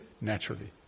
naturally